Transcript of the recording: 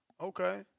Okay